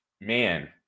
man